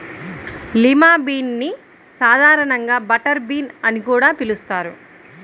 lima bean ని సాధారణంగా butter bean అని కూడా పిలుస్తారు